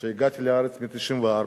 כשהגעתי לארץ ב-1994,